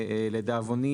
לדאבוני,